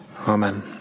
Amen